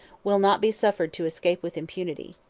will not be suffered to escape with impunity.